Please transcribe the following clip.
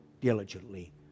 diligently